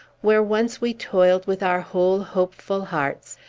where once we toiled with our whole hopeful hearts,